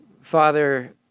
Father